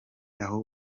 aho